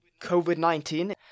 COVID-19